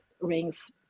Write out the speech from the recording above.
rings